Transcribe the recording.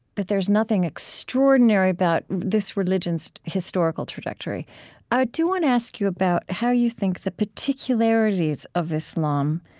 that there's nothing extraordinary about this religion's, historical trajectory i do want to ask you about how you think the particularities of islam,